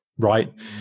Right